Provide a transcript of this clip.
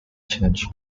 changed